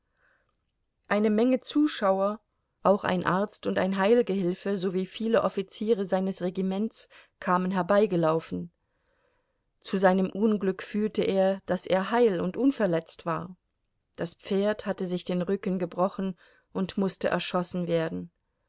eine menge zuschauer auch ein arzt und ein heilgehilfe sowie viele offiziere seines regiments kamen herbeigelaufen zu seinem unglück fühlte er daß er heil und unverletzt war das pferd hatte sich den rücken gebrochen und mußte erschossen werden